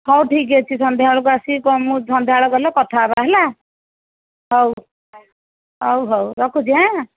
ହେଉ ଠିକ୍ ଅଛି ସନ୍ଧ୍ୟାବେଳକୁ ଆସି କ'ଣ ମୁଁ ସନ୍ଧ୍ୟାବେଳେ ଗଲେ କଥା ହେବା ହେଲା ହେଉ ହେଉ ହେଉ ରଖୁଛି ଆଁ